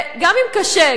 גם אם קשה,